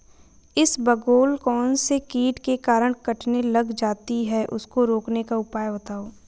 इसबगोल कौनसे कीट के कारण कटने लग जाती है उसको रोकने के उपाय बताओ?